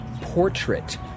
Portrait